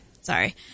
sorry